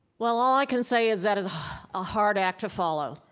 well, all i can say is that is a hard act to follow.